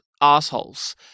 assholes